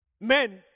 Men